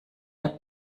der